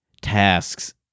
tasks